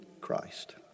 Christ